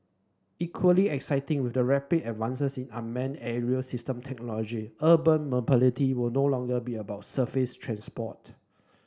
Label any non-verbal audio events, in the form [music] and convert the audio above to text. equally exciting with the rapid advances unmanned aerial system technology urban [unintelligible] will no longer be about surface transport